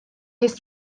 his